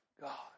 God